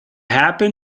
happen